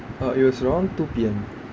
uh it was around two P_M